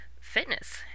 fitness